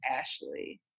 Ashley